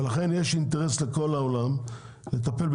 לכן יש אינטרס לכל העולם לטפל,